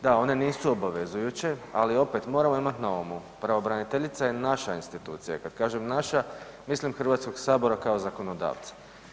Da, one nisu obavezujuće, ali opet moramo imati na umu, pravobraniteljica je naša institucija, kada kažem naša mislim HS-a kao zakonodavca.